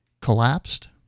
collapsed